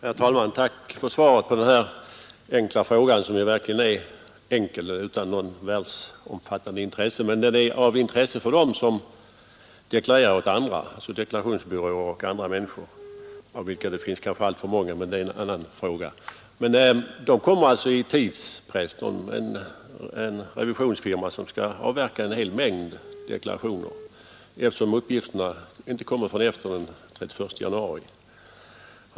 Herr talman! Tack för svaret på den enkla frågan. Den är verkligen enkel, utan något världsomfattande intresse. Den är emellertid av intresse för dem som deklarerar åt andra, dvs. deklarationsbyråer m.fl. — av vilka det kanske finns alltför många, men det är en annan fråga. En revisionsfirma som skall avverka en hel mängd deklarationer utsätts för tidspress när arbetsgivaruppgifterna inte kommer förrän efter den 31 januari.